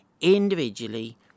individually